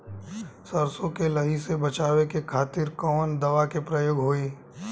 सरसो के लही से बचावे के खातिर कवन दवा के प्रयोग होई?